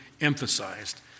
emphasized